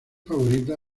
favorita